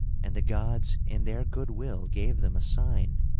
and the gods in their goodwill gave them a sign.